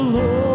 Lord